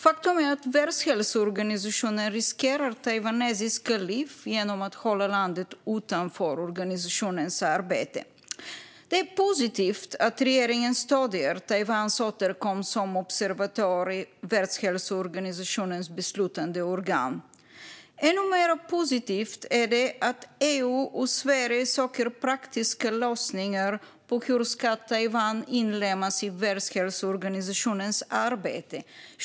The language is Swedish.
Faktum är att Världshälsoorganisationen riskerar taiwanesiska liv genom att hålla landet utanför organisationens arbete. Det är positivt att regeringen stöder Taiwans återkomst som observatör i Världshälsoorganisationens beslutande organ. Ännu mer positivt är det att EU och Sverige söker praktiska lösningar på hur Taiwan ska inlemmas i Världshälsoorganisationens arbete.